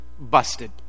busted